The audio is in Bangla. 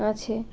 আছে